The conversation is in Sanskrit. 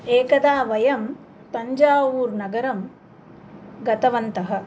एकदा वयं तञ्जावूरनगरं गतवन्तः